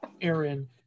Aaron